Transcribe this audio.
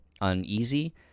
uneasy